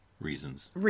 Reasons